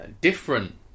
different